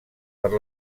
per